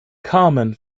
carmen